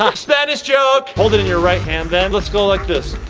spanish joke. hold it in your right hand, then. let's go like this,